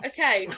Okay